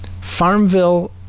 farmville